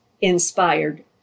inspired